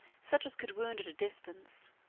such as could wound at a distance.